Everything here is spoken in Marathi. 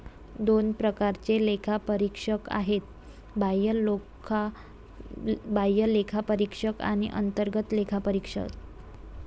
दोन प्रकारचे लेखापरीक्षक आहेत, बाह्य लेखापरीक्षक आणि अंतर्गत लेखापरीक्षक